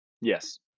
Yes